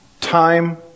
time